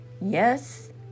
Yes